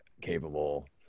capable